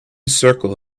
circle